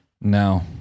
No